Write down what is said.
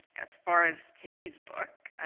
as far as today's book,